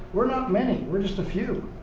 we're not many, we're just a few.